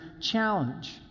challenge